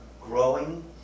growing